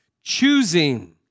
Choosing